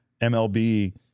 MLB